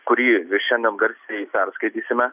kurį šiandien garsiai perskaitysime